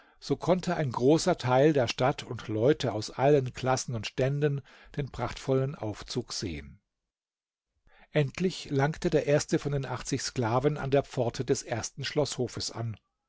so konnte ein großer teil der stadt und leute aus allen klassen und ständen den prachtvollen aufzug sehen endlich langte der erste von den achtzig sklaven an der pforte des ersten schloßhofes an